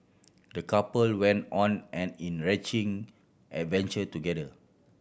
the couple went on an enriching adventure together